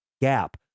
gap